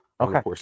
Okay